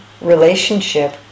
relationship